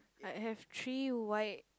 I have three white